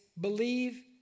believe